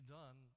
done